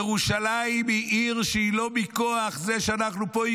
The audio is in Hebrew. ירושלים היא עיר שהיא לא מכוח זה שאנחנו פה.